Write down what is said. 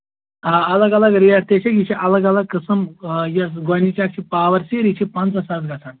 آ الگ الگ ریٹ تہِ چھِ یہِ چھِ الگ لگ قٕسٕم یۄس گۄڈٕنِچ اَکھ چھِ پاوَر سیٖر یہِ چھِ پنٛژاہ ساس گژھان